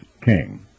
king